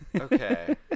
Okay